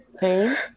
pain